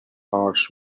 arched